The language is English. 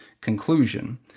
conclusion